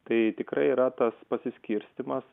tai tikrai yra tas pasiskirstymas